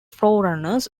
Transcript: forerunners